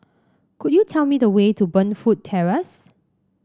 could you tell me the way to Burnfoot Terrace